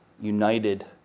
united